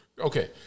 Okay